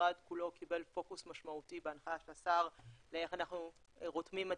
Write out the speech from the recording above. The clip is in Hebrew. המשרד כולו קיבל פוקוס משמעותי בהנחיית השר ואיך אנחנו רותמים את